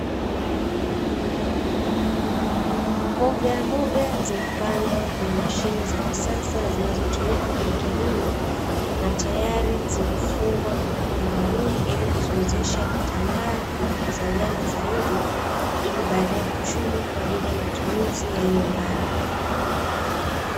Mbogamboga zimepandwa kwenye mashine za kisasa zinazotumika kwenye kilimo na tayari zimefungwa kamba maalumu ili kuziwezesha kutambaa na kuzaliana zaidi, ili baadaye kuchumwa kwa ajili ya matumizi ya nyumbani.